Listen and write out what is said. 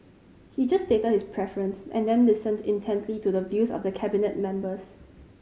he just stated his preference and then listened intently to the views of Cabinet members